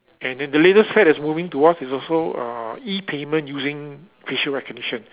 and then the latest fad that's moving to us is also uh E payment using facial recognition